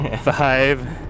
Five